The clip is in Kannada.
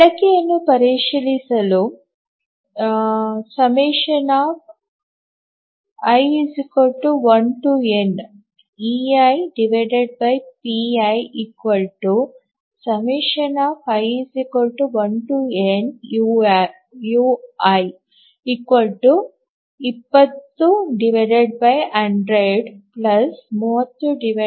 ಬಳಕೆಯನ್ನು ಪರಿಶೀಲಿಸಲು i1neipi i1nui 201003015090200510600 andi1nui0